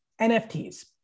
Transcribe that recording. NFTs